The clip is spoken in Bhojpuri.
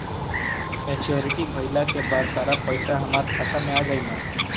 मेच्योरिटी भईला के बाद सारा पईसा हमार खाता मे आ जाई न?